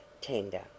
tender